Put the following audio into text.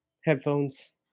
headphones